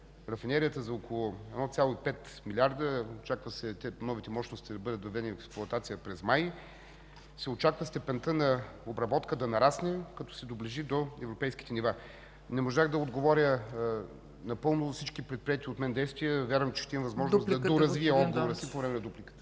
рафинерията за около 1,5 милиарда се очаква новите мощности да бъдат въведени в експлоатация през месец май. Очаква се степента на обработка да нарасне, като се доближи до европейските нива. Не можах да отговоря напълно за всички предприети от мен действия. Вярвам, че ще имам възможност да ги доразвия по време на дупликата.